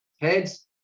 Heads